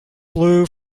blue